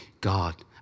God